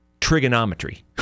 trigonometry